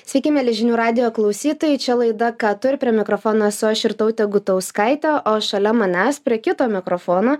sveiki mieli žinių radijo klausytojai čia laida ką tu ir prie mikrofono esu aš irtautė gutauskaitė o šalia manęs prie kito mikrofono